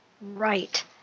Right